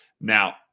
now